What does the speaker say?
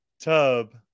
tub